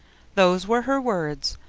those were her words.